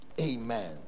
Amen